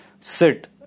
sit